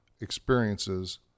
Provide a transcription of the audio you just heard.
experiences